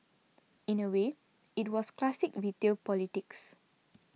in a way it was classic retail politics